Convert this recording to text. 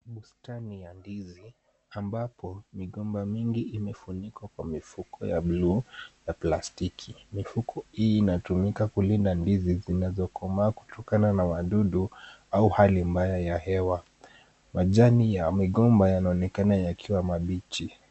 Bustani ya ndizi ambapo migomba mingi umefunikwa kwa mifuko ya plastiki. Mifuko hii inatumika kulinda ndizi zinazokomaa kutokana na wadudu, au hali mbaya ya hewa. Majani ya migomba, yanaonekana yakiwa mabichi.